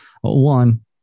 one